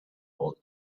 would